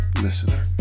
listener